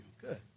Good